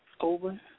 over